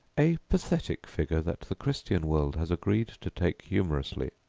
a pathetic figure that the christian world has agreed to take humorously,